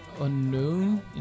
unknown